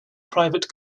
private